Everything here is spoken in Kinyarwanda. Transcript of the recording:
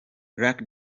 lucky